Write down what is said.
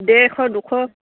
ডেৰশ দুশ